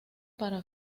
para